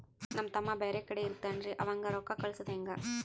ನಮ್ ತಮ್ಮ ಬ್ಯಾರೆ ಕಡೆ ಇರತಾವೇನ್ರಿ ಅವಂಗ ರೋಕ್ಕ ಕಳಸದ ಹೆಂಗ?